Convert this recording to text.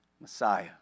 Messiah